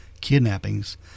kidnappings